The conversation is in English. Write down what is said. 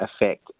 effect